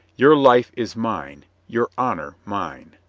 your life is mine, your honor mine.